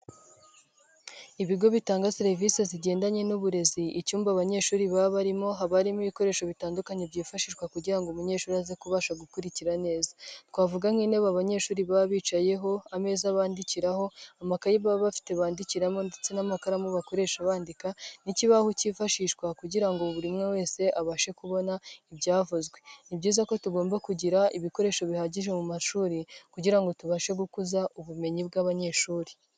Ibigo bitanga serivisi zigendanye n'uburezi, icyumba abanyeshuri baba barimo habamo ibikoresho bitandukanye byifashishwa kugira ngo umunyeshuri aze kubasha gukurikira neza. Twavuga nk'intebe abanyeshuri baba bicayeho, ameza bandikiraho, amakayi baba bafite bandikiramo ndetse n'amakaramu bakoresha bandika n'ikibaho cyifashishwa kugira ngo buri umwe wese abashe kubona ibyavuzwe. Ni byiza ko tugomba kugira ibikoresho bihagije mu mashuri, kugira ngo tubashe gukuza ubumenyi bw'abanyeshuri.